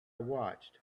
watched